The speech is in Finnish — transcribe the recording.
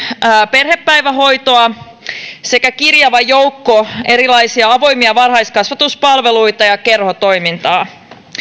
perhepäivähoitoa sekä kirjava joukko erilaisia avoimia varhaiskasvatuspalveluita ja kerhotoimintaa